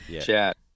Chat